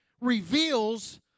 reveals